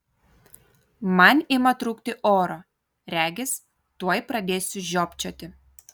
man ima trūkti oro regis tuoj pradėsiu žiopčioti